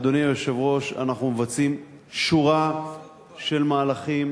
אדוני היושב-ראש, אנחנו מבצעים שורה של מהלכים